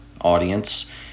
audience